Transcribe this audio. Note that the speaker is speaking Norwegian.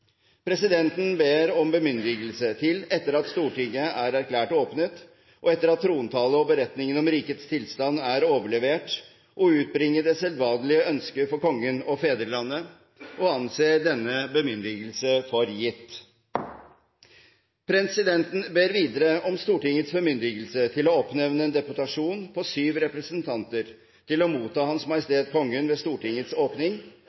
Presidenten ber om bemyndigelse til, etter at Stortinget er erklært åpnet, og etter at trontalen og beretningen om rikets tilstand er overlevert, å utbringe det sedvanlige ønske for Kongen og fedrelandet. – Denne bemyndigelse anses for gitt. Presidenten ber videre om Stortingets bemyndigelse til å oppnevne en deputasjon på syv representanter til å motta Hans Majestet Kongen ved Stortingets åpning.